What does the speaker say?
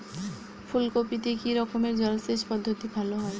ফুলকপিতে কি রকমের জলসেচ পদ্ধতি ভালো হয়?